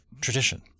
tradition